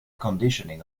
conditioning